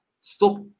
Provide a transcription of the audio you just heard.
stop